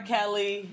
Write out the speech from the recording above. Kelly